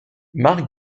marc